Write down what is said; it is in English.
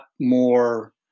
more